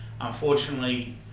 Unfortunately